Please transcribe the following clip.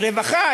רווחה,